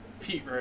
Pete